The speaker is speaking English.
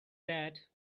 that